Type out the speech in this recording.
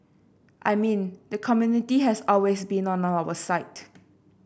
I mean the community has always been on our side